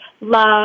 love